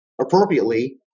appropriately